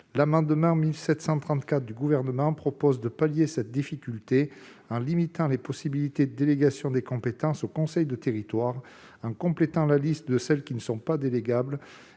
L'amendement n° 1734 rectifié du Gouvernement vise à pallier cette difficulté en limitant les possibilités de délégation des compétences aux conseils de territoire, en complétant la liste de celles qui ne sont pas délégables